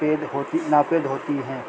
پید ہوتی ناپید ہوتی ہیں